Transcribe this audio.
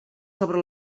sobre